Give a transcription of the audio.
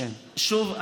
שוב,